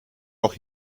auch